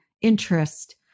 interest